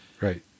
Right